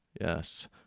Yes